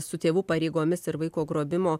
su tėvų pareigomis ir vaiko grobimo